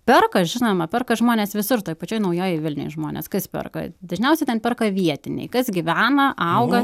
perka žinoma perka žmonės visur toj pačioj naujojoj vilnioj žmonės kas perka dažniausiai ten perka vietiniai kas gyvena auga